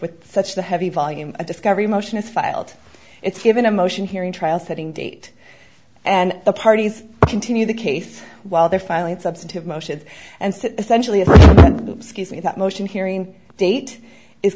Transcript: with such a heavy volume of discovery motion is filed it's given a motion hearing trial setting date and the parties continue the case while they're filing substantive motions and essentially a way that motion hearing date is